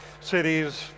cities